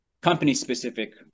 company-specific